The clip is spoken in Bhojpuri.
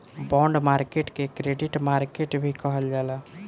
बॉन्ड मार्केट के क्रेडिट मार्केट भी कहल जाला